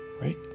right